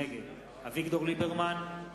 נגד אביגדור ליברמן,